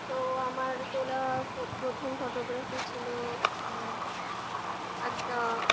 তো আমার তোলা প্রথম ফটোগ্রাফি ছিল একটা